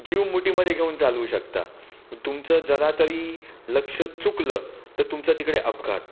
जीव मुठीमध्ये घेऊन चालवू शकता तुमचं जरा तरी लक्ष चुकलं तर तुमचा तिकडे अपघात